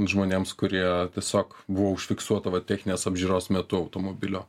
žmonėms kurie tiesiog buvo užfiksuota va techninės apžiūros metu automobilio